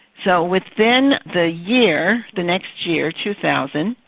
so within the year, the next year, two thousand,